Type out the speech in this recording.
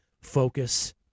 focus